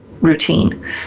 routine